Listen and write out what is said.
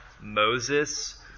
Moses